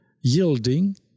yielding